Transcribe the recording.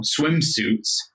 swimsuits